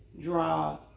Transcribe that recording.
draw